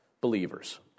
believers